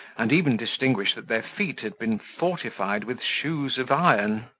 and even distinguish that their feet had been fortified with shoes of iron.